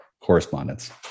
correspondence